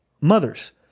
mothers